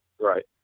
Right